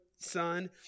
Son